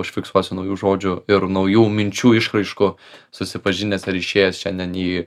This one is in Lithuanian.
užfiksuosiu naujų žodžių ir naujų minčių išraiškų susipažinęs ar išėjęs šiandien į